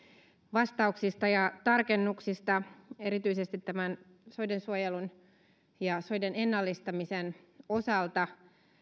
vastauksista ja tarkennuksista erityisesti tämän soidensuojelun ja soiden ennallistamisen osalta